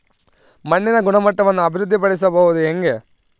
ಮಣ್ಣಿನ ಗುಣಮಟ್ಟವನ್ನು ಅಭಿವೃದ್ಧಿ ಪಡಿಸದು ಹೆಂಗೆ?